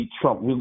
Trump